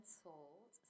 sold